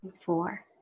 four